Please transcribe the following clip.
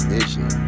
Vision